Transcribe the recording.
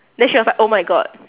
then she was oh my god